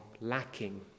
lacking